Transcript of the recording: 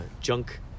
junk